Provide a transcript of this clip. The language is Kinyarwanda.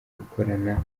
gukorana